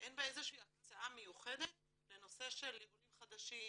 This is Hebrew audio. אין בה איזו שהיא הקצאה מיוחדת לנושא של עולים חדשים,